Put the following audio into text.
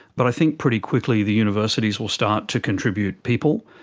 but i think pretty quickly the universities will start to contribute people.